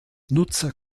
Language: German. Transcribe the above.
nutzer